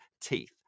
teeth